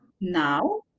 now